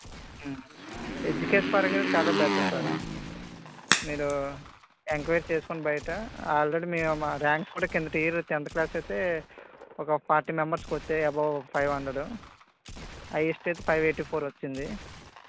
education పరంగా చాలా better sir మీరు ఎంక్వయిరీ చేసుకోండి బయట ఆల్రెడీ మీ మా ర్యాంక్స్ కూడా కిందటి ఇయర్ టెన్త్ క్లాస్ కు అయితే ఒక ఫార్టీ మెంబర్స్ కి వచ్చాయి ఎబో ఫైవ్ హండ్రెడు హైయెస్ట్ అయితే ఫైవ్ ఎయిటీ ఫోర్ వచ్చింది